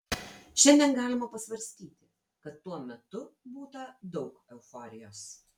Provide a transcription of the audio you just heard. šiandien galima pasvarstyti kad tuo metu būta daug euforijos